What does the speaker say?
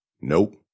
Nope